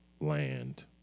Land